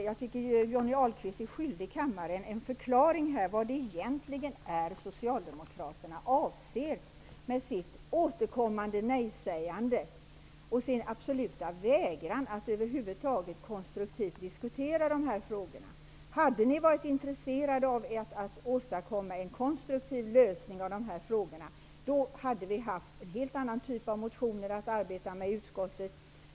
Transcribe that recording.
Jag tycker att Johnny Ahlqvist är skyldig kammaren en förklaring till vad det egentligen är socialdemokraterna avser med sitt återkommande nej-sägande och sin absoluta vägran att över huvud taget konstruktivt diskutera dessa frågor. Om ni hade varit intresserade av att åstadkomma en konstruktiv lösning av dessa frågor, hade vi haft en helt annan typ av motioner att arbeta med i utskottet.